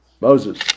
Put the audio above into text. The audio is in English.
Moses